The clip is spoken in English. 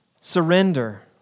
surrender